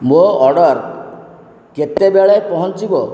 ମୋ ଅର୍ଡର୍ କେତେବେଳେ ପହଞ୍ଚିବ